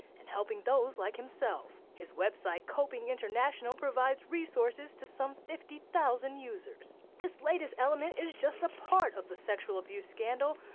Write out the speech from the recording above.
and helping those like himself. his website coping international provides resources to some fifty thousand users. this latest element is just a part of the sexual abuse scandal,